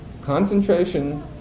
Concentration